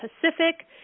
Pacific